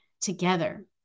together